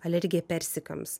alergija persikams